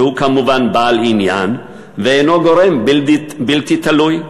שהוא כמובן בעל עניין ואינו גורם בלתי תלוי.